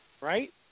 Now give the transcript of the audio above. right